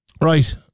Right